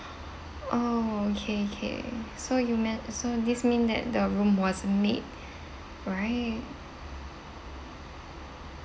oh K K so you met so this means that the room wasn't made right